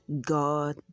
God